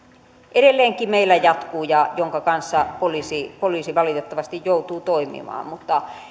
edelleenkin meillä jatkuu ja jonka kanssa poliisi poliisi valitettavasti joutuu toimimaan mutta